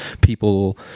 people